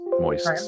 Moist